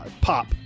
pop